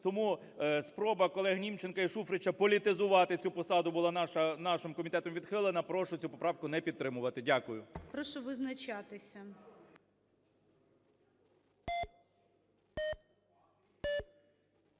тому спроба колег Німченка і Шуфрича політизувати цю посаду була нашим комітетом відхилена. Прошу цю поправку не підтримувати. Дякую. ГОЛОВУЮЧИЙ. Прошу визначатися.